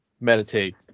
meditate